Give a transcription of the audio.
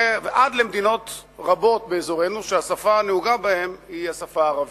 ועד למדינות רבות באזורנו שהשפה הנהוגה בהן היא השפה הערבית.